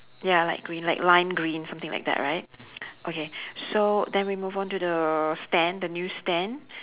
ya light green like lime green something like that right okay so then we move on to the stand the news stand